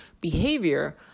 behavior